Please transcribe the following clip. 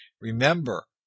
Remember